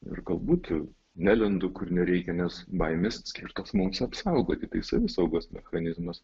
ir galbūt nelendu kur nereikia nes baimės skirtos mums apsaugoti tai savisaugos mechanizmas